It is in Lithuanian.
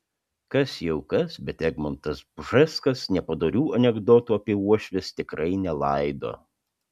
kas jau kas bet egmontas bžeskas nepadorių anekdotų apie uošves tikrai nelaido